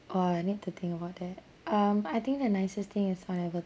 oh I need to think about that um I think the nicest thing is whenever